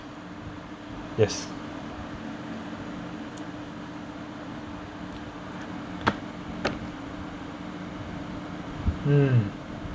yes mm